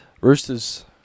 Roosters